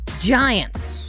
Giants